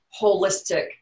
holistic